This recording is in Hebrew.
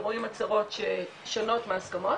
ורואים הצהרות ששונות מההסכמות,